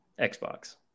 xbox